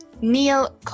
Neil